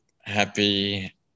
happy